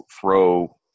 throw